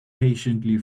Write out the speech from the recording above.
patiently